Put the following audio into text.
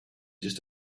just